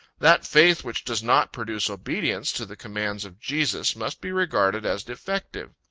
that faith which does not produce obedience to the commands of jesus must be regarded as defective.